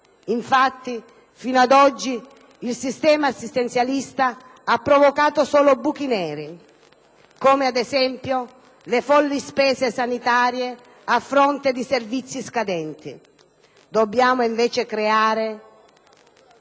Infatti, fino ad oggi, il sistema assistenzialista ha provocato solo buchi neri, come ad esempio le folli spese sanitarie a fronte di servizi scadenti. Dobbiamo, invece, cercare